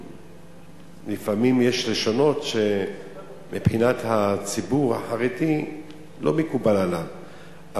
לפעמים יש לשונות שמבחינת הציבור החרדי זה לא מקובל עליו.